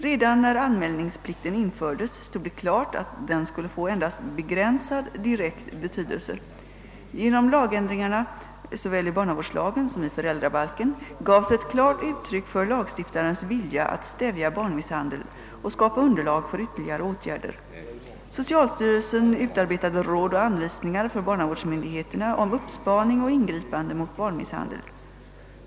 Redan när anmälningsplikten infördes stod det klart att den skulle få endast begränsad direkt betydelse. Genom lagändringarna — såväl i barnavårdslagen som i föräldrabalken — gavs ett klart uttryck för lagstiftarens vilja att stävja barnmisshandel och skapa underlag för ytterligare åtgärder. Social styrelsen utarbetade råd och anvisningar för barnavårdsmyndigheterna om uppspaning och ingripande mot barnmisshandel.